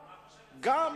גם,